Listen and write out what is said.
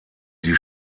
die